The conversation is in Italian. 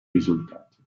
risultati